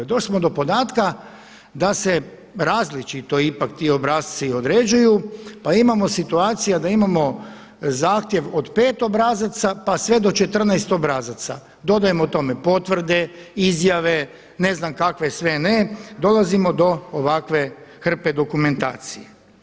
Došli smo do podatka da se različiti ipak ti obrasci određuju pa imamo situacija da imamo zahtjev od pet obrazaca pa sve do 14 obrazaca, dodajmo tome potvrde, izjave, ne znam kakve sve ne, dolazimo do ovakve hrpe dokumentacije.